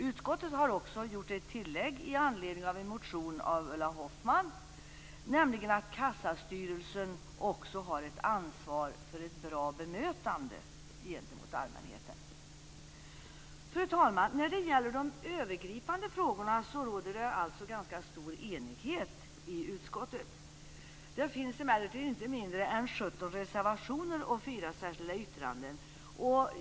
Utskottet har med anledning av en motion av Ulla Hoffmann gjort ett tillägg, nämligen att kassastyrelsen också har ansvar för ett bra bemötande av allmänheten. Fru talman! I de övergripande frågorna råder alltså ganska stor enighet i utskottet. Det finns emellertid inte mindre än 17 reservationer och fyra särskilda yttranden.